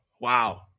Wow